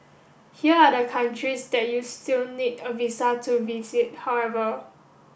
here are the countries that you'll still need a visa to visit however